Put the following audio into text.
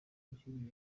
bashir